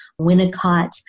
Winnicott